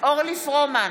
אורלי פרומן,